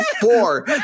four